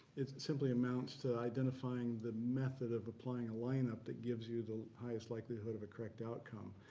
it simply amounts to identifying the method of applying a lineup that gives you the highest likelihood of a correct outcome.